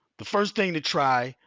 the first thing to try,